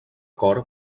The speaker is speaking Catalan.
cor